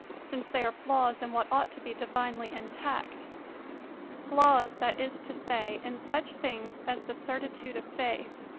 since they are flaws in what ought to be divinely intact flaws, that is to say, in such things as the certitude of faith,